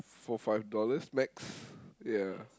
for five dollars max ya